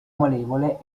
malevole